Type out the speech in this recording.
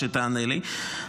כשתענה לי,